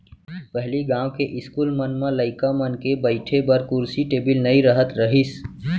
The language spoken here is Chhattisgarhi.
पहिली गॉंव के इस्कूल मन म लइका मन के बइठे बर कुरसी टेबिल नइ रहत रहिस